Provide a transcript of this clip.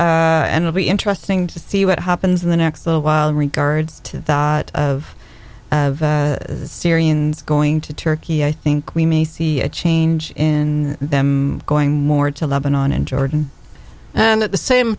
and will be interesting to see what happens in the next little while in regards to the thought of syrians going to turkey i think we may see a change in them going more to lebanon and jordan and at the same